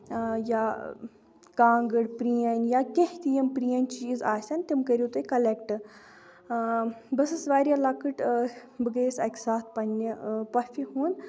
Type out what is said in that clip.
یا کانٛگٕر پرٲنۍ یا کیٚنٛہہ تہِ یِم پرٲنۍ چیٖز آسن تِم کٔرِو تُہۍ کَلیکٹ بہٕ ٲسٕس واریاہ لۄکٔٹ بہٕ گٔیس اَکہِ ساتہٕ پَنٕنہِ پۄپھِ ہُنٛد